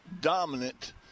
dominant